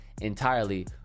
entirely